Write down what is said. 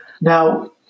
Now